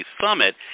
Summit